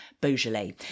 Beaujolais